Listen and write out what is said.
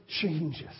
changes